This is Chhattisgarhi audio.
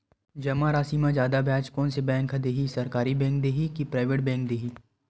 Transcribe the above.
जमा राशि म जादा ब्याज कोन से बैंक ह दे ही, सरकारी बैंक दे हि कि प्राइवेट बैंक देहि?